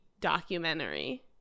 documentary